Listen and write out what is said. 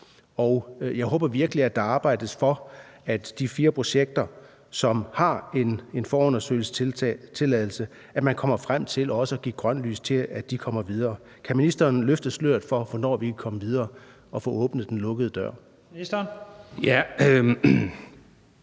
jeg håber virkelig, at der arbejdes for, at man i forbindelse med de fire projekter, som har en forundersøgelsestilladelse, også kommer frem til at give grønt lys for, at de kommer videre. Kan ministeren løfte sløret for, hvornår vi kan komme videre og få åbnet den lukkede dør? Kl.